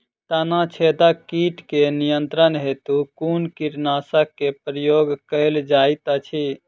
तना छेदक कीट केँ नियंत्रण हेतु कुन कीटनासक केँ प्रयोग कैल जाइत अछि?